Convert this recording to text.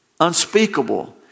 unspeakable